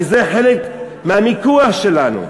כי זה חלק מהמיקוח שלנו.